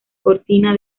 cortina